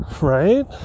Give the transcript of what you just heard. right